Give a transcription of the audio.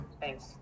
Thanks